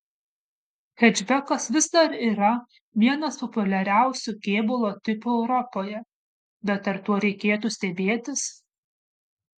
hečbekas vis dar yra vienas populiariausių kėbulo tipų europoje bet ar tuo reikėtų stebėtis